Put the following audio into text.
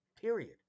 period